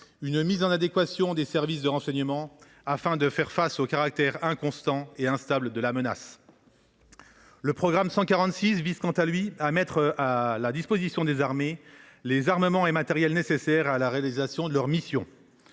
la mise en adéquation de nos services de renseignement, afin de faire face à une menace instable et inconstante. Le programme 146 vise, quant à lui, à mettre à la disposition des armées les armements et matériels nécessaires à la réalisation de leurs missions.